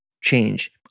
change